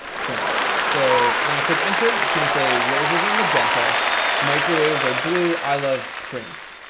prince so when i click enter it's gonna say roses are magenta microwaves are blue. i love prints.